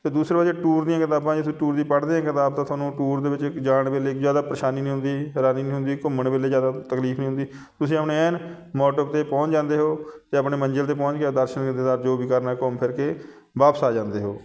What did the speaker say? ਅਤੇ ਦੂਸਰੇ ਉਹ ਟੂਰ ਦੀਆਂ ਕਿਤਾਬਾਂ ਜਿਸ ਵਿੱਚ ਟੂਰ ਦੀ ਪੜ੍ਹਦੇ ਹਾਂ ਕਿਤਾਬ ਤਾਂ ਤੁਹਾਨੂੰ ਟੂਰ ਦੇ ਵਿੱਚ ਇੱਕ ਜਾਣ ਵੇਲੇ ਜ਼ਿਆਦਾ ਪਰੇਸ਼ਾਨੀ ਨਹੀਂ ਹੁੰਦੀ ਹੈਰਾਨੀ ਨਹੀਂ ਹੁੰਦੀ ਘੁੰਮਣ ਵੇਲੇ ਜ਼ਿਆਦਾ ਤਕਲੀਫ ਨਹੀਂ ਹੁੰਦੀ ਤੁਸੀਂ ਆਪਣੇ ਐਨ ਮੋਟਿਵ 'ਤੇ ਪਹੁੰਚ ਜਾਂਦੇ ਹੋ ਅਤੇ ਆਪਣੇ ਮੰਜ਼ਿਲ 'ਤੇ ਪਹੁੰਚ ਕੇ ਦਰਸ਼ਨ ਦੀਦਾਰ ਜੋ ਵੀ ਕਰਨਾ ਘੁੰਮ ਫਿਰ ਕੇ ਵਾਪਸ ਆ ਜਾਂਦੇ ਹੋ